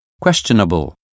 questionable